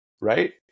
Right